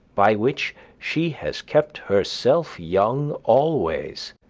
by which she has kept herself young always,